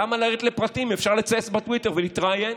למה לרדת לפרטים אם אפשר לצייץ בטוויטר ולהתראיין?